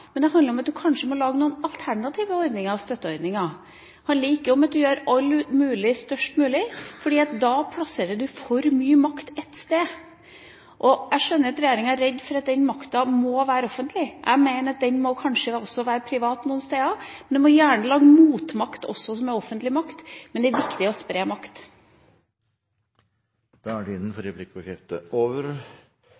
men om at man kanskje må lage noen alternative ordninger og støtteordninger. Det handler ikke om at man gjør alle mulige størst mulig, for da plasserer man for mye makt ett sted. Jeg skjønner at regjeringa er redd for at den makta da må være offentlig. Jeg mener at den kanskje også må være privat noen steder. Man må gjerne også lage offentlig motmakt, men det er viktig å spre makt. Replikkordskiftet er